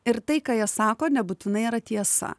ir tai ką jie sako nebūtinai yra tiesa